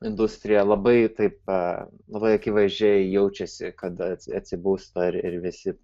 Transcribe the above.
industrija labai taip labai akivaizdžiai jaučiasi kada atsibusta ir ir visi